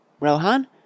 Rohan